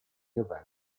event